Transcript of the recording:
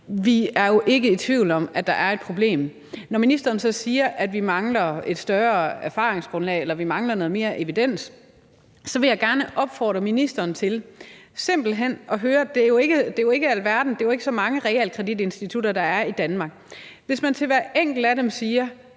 Vi er jo ikke i tvivl om, at der er et problem. Når ministeren så siger, at vi mangler et større erfaringsgrundlag, eller at vi mangler noget mere evidens, så vil jeg gerne opfordre ministeren til simpelt hen at høre dem, der er, for det er jo ikke så mange realkreditinstitutter, der er i Danmark. Man kunne til hver enkelt af dem sige: